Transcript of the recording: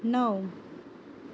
णव